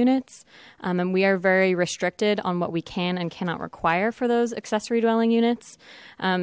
units and we are very restricted on what we can and cannot require for those accessory dwelling units